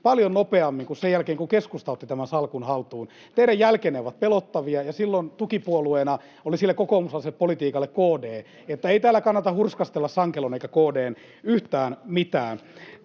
paljon nopeammin kuin sen jälkeen, kun keskusta otti tämän salkun haltuun. Teidän jälkenne ovat pelottavia, ja silloin tukipuolueena sille kokoomuslaiselle politiikalle oli KD. Että ei täällä kannata Sankelon eikä KD:n hurskastella